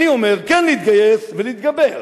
אני אומר, כן להתגייס ולהתגבר,